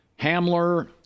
Hamler